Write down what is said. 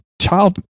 child